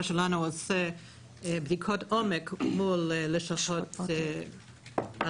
שלנו עושה בדיקות עומק מול הלשכות הפרטיות.